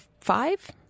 five